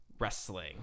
wrestling